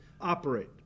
operate